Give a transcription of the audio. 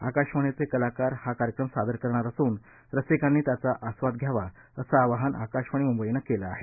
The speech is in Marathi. आकाशवाणीचे कलाकार हा कार्यक्रम सादर करणार असून रसिकांनी त्याचा आस्वाद घ्यावा असं आवाहन आकाशवाणी मुंबईने केलं आहे